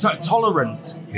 tolerant